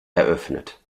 eröffnet